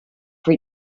for